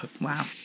Wow